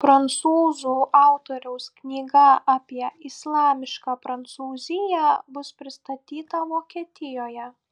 prancūzų autoriaus knyga apie islamišką prancūziją bus pristatyta vokietijoje